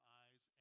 eyes